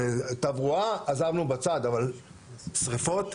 אז תברואה עזבנו בצד, אבל שריפות?